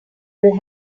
will